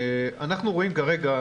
אנחנו רואים כרגע,